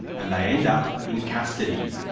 and they end up in custody,